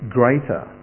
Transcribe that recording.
greater